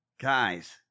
Guys